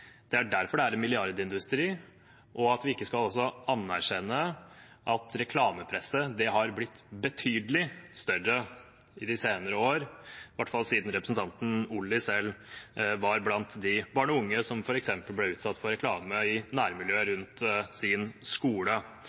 er derfor det er en milliardindustri – og at vi ikke også skal anerkjenne at reklamepresset har blitt betydelig større i de senere år, i hvert fall siden representanten Olli var blant de barn og unge som ble utsatt for reklame i nærmiljøet rundt sin skole.